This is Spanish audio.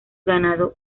ganado